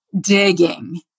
digging